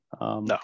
No